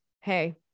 Hey